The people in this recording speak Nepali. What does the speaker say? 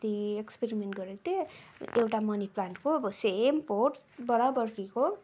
अस्ति एक्सपेरिमेन्ट गरेको थिएँ एउटा मनी प्लान्टको अब सेम बोट बराबरको